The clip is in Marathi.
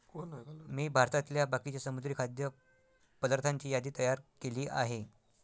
मी भारतातल्या बाकीच्या समुद्री खाद्य पदार्थांची यादी तयार केली आहे